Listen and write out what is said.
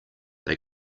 they